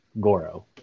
Goro